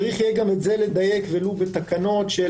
צריך גם את זה לדייק ולו בתקנות של